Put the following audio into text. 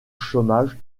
chômage